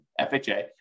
FHA